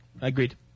Agreed